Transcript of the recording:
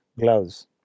gloves